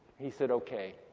he said, okay.